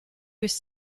was